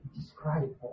Describe